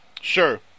Sure